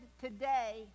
today